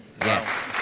Yes